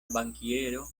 bankiero